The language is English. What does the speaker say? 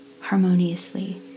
harmoniously